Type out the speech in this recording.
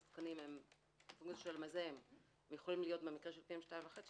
אז דוזה של מזהם - הם יכולים להיות במקרים של 2.5,